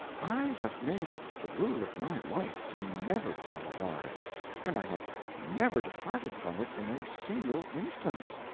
i have made it the rule of my life to never tell a lie and i have never departed from it in a single instance.